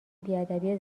بیادبی